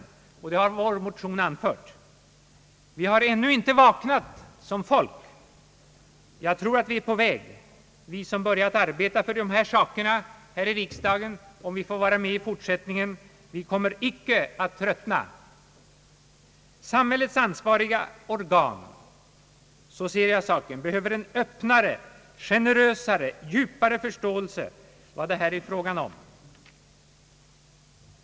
Det har också anförts i vår motion. Vi har såsom folk ännu inte vaknat, men jag tror att vi är på väg. Vi som har börjat arbeta för dessa frågor här i riksdagen, om vi får vara med i förtsättningen, kommer inte att tröttna. Samhällets ansvariga organ — så ser jag saken — behöver en öppnare, generösare och djupare förståelse för vad det här är fråga om.